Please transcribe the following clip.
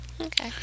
Okay